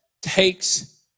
takes